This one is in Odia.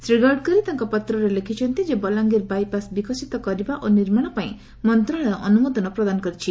ଶ୍ରୀ ଗଡ଼କରୀ ତାଙ୍କ ପତ୍ରରେ ହେଉଛନ୍ତି ଯେ ବଲାଙ୍ଗୀର ବାଇପାସ୍ ବିକଶିତ କରିବା ଓ ନିର୍ମାଶ ପାଇଁ ମନ୍ତଶାଳୟ ଅନୁମୋଦନ ପ୍ରଦାନ କରିଛି